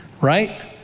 right